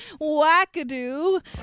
wackadoo